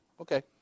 okay